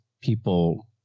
people